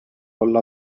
olla